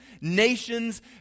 nations